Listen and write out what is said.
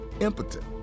impotent